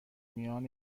میان